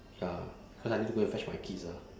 ya cause I need to go and fetch my kids ah